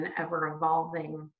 ever-evolving